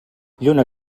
lluna